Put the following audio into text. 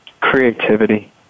Creativity